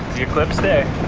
the eclipse day,